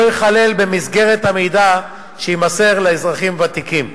ייכלל במסגרת המידע שיימסר לאזרחים ותיקים.